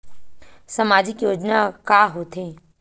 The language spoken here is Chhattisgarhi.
सामाजिक योजना का होथे?